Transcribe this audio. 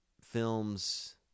films